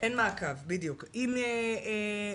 בדיוק, אין מעקב.